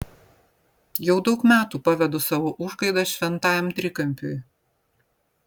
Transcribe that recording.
jau daug metų pavedu savo užgaidas šventajam trikampiui